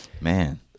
Man